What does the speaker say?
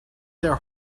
their